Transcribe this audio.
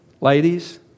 ladies